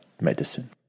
medicine